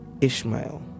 Ishmael